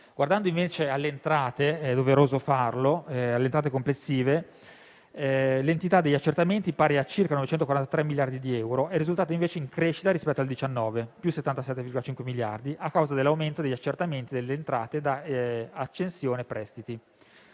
Guardando invece alle entrate complessive - è doveroso farlo - l'entità degli accertamenti, pari a circa 943 miliardi di euro, è risultata invece in crescita rispetto al 2019, per un aumento di 77,5 miliardi di euro, a causa dell'aumento degli accertamenti delle entrate da accensione prestiti.